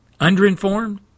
underinformed